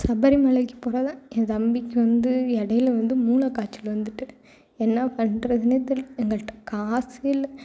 சபரிமலைக்கு போகிறத என் தம்பிக்கு வந்து எடையில வந்து மூளைக் காய்ச்சல் வந்துட்டு என்ன பண்ணுறதுனே தெரியல எங்கள்ட்ட காசே இல்லை